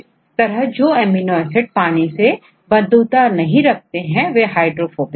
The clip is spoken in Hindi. इस तरह जो अमीनो एसिड पानी से बंधुता नहीं रखते वे हाइड्रोफोबिक हैं